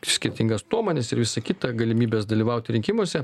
skirtingas nuomones ir visa kita galimybes dalyvauti rinkimuose